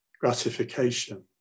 gratification